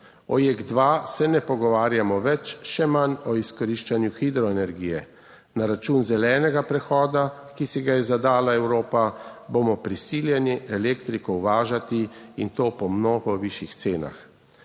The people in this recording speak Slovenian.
dva, se ne pogovarjamo več, še manj o izkoriščanju hidroenergije. Na račun zelenega prehoda, ki si ga je zadala Evropa, bomo prisiljeni elektriko uvažati, in to po mnogo višjih cenah.